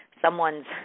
someone's